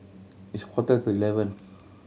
its quarter to eleven